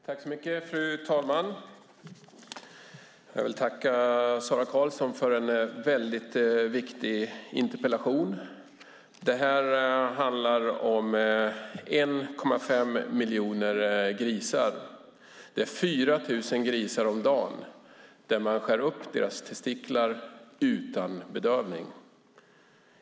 Fru talman! Jag vill tacka Sara Karlsson för en väldigt viktig interpellation. Det här handlar om 1,5 miljoner grisar, 4 000 grisar om dagen. Man skär upp deras testiklar utan bedövning.